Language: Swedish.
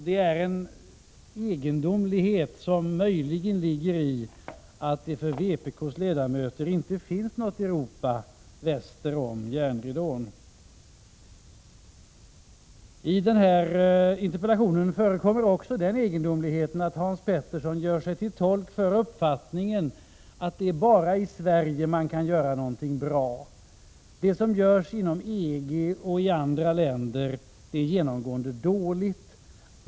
Det är möjligt att denna egendomlighet beror på att det för vpk:s ledamöter inte finns något Europa väster om järnridån. I den här interpellationen förekommer också en annan egendomlighet. Hans Petersson gör sig nämligen till tolk för uppfattningen att det bara är vi i Sverige som kan göra någonting bra. Det som görs inom EG och i andra länder är genomgående dåligt.